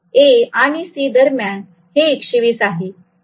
A आणि C दरम्यान हे 120 आहे